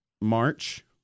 March